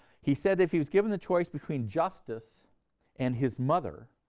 he said that if he was given the choice between justice and his mother